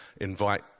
invite